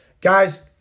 Guys